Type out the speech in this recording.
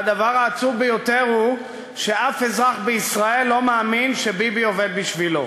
והדבר העצוב ביותר הוא שאף אזרח בישראל לא מאמין שביבי עובד בשבילו.